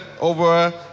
over